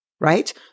right